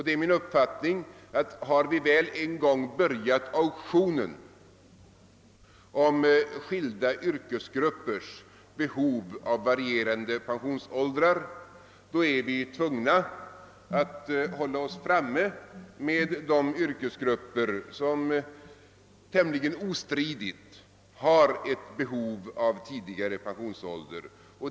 Det är min uppfattning att har vi väl en gång börjat auktionen om skilda yrkesgruppers behov av varierande pensionsåldrar, då är vi tvungna att hålla oss framme när det gäller de yrkesgrupper som tämligen ostridigt har ett behov av tidigare pensionsålder.